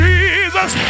Jesus